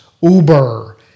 Uber